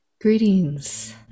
greetings